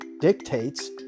dictates